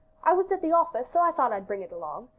i was at the office, so i thought i'd bring it along.